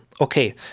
Okay